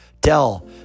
Dell